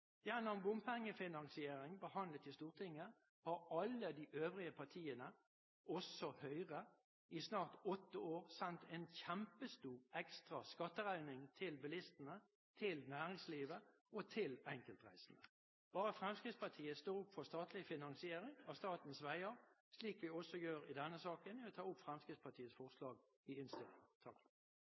Gjennom bompengefinansiering behandlet i Stortinget har alle de øvrige partiene, også Høyre, i snart åtte år sendt en kjempestor ekstra skatteregning til bilistene, til næringslivet og til enkeltreisende. Bare Fremskrittspartiet står opp for statlig finansiering av statens veier, slik vi også gjør i denne saken. Jeg tar opp Fremskrittspartiets forslag i